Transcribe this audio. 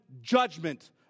judgment